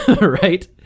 right